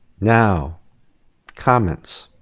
now comments.